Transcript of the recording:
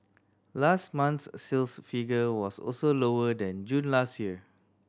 last month's sales figure was also lower than June last year